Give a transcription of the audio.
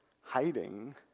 hiding